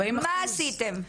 מה עשיתם?